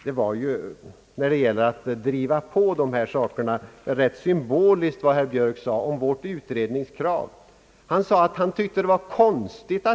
Herr Björks yttrande om vårt utredningskrav var rätt symboliskt för hur lamt man vill driva på utvecklingen i dessa sammanhang. Han tyckte att det var konstigt — jag skrev ned yttrandet —